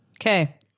Okay